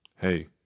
hey